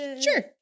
sure